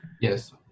Yes